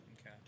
Okay